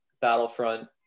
Battlefront